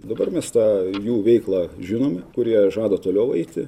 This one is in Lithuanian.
dabar mes tą jų veiklą žinome kur jie žada toliau eiti